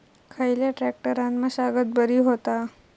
खयल्या ट्रॅक्टरान मशागत बरी होता?